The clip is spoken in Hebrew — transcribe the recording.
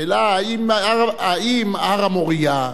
השאלה, האם הר-המוריה,